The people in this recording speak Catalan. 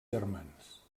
germans